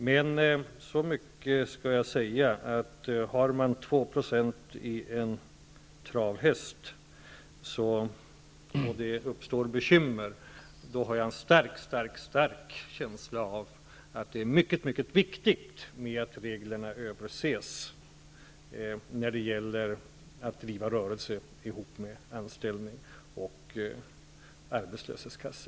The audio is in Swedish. Men om man äger 2 % av en travhäst och det uppstår bekymmer av den anledningen, har jag en stark känsla av att det är mycket viktigt att se över reglerna för att driva en rörelse vid sidan om en anställning och sedan få ut ersättning från arbetslöshetskassa.